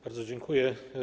Bardzo dziękuję.